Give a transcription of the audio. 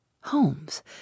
Holmes